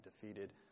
defeated